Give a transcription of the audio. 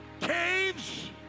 caves